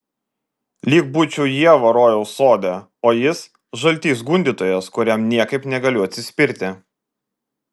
lyg būčiau ieva rojaus sode o jis žaltys gundytojas kuriam niekaip negaliu atsispirti